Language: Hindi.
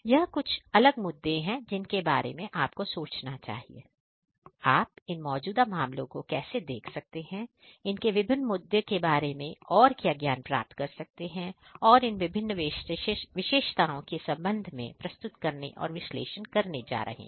यह कुछ अलग मुद्दे हैं जिनके बारे में आपको सोचना चाहिए आप इन मौजूदा मामलों को कैसे देख सकते हैं इनके विभिन्न मुद्दों के बारे में और क्या ज्ञान प्राप्त कर सकते हैं और इन विभिन्न विशेषताओं के संबंध में प्रस्तुत करने और विश्लेषण करने जा रहे हैं